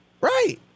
right